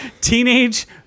Teenage